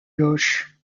gauche